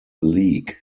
league